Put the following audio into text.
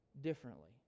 differently